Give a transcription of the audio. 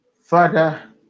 Father